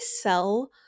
sell